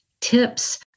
tips